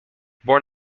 born